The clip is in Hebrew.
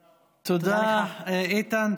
תודה, איתן.